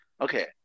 Okay